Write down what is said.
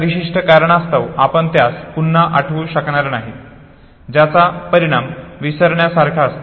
विशिष्ट कारणास्तव आपण त्यास पुन्हा आठवु शकणार नाही ज्याचा परिणाम विसरण्यासारखा असतो